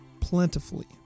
plentifully